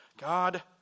God